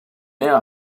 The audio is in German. mehr